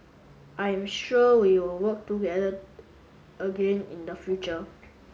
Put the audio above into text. I am sure we will work together again in the future